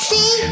See